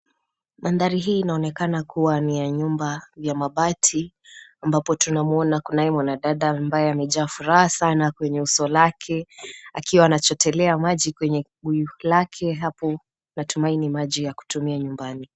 Mandhari hii inaonekana kuwa ni ya nyumba ya mabati ambapo tunamuona kunaye mwanadada ambaye amejaa furaha sana kwenye uso lake akiwa anachotelea maji kwenye kibuyu lake hapo. Natumai ni maji ya kutumia nyumbani.